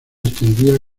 extendía